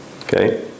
okay